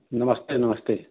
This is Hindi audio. नमस्ते नमस्ते